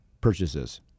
purchases